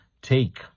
take